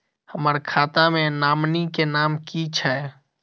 हम्मर खाता मे नॉमनी केँ नाम की छैय